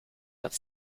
dat